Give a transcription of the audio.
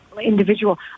individual